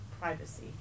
privacy